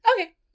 Okay